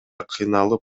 кыйналып